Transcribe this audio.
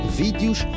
vídeos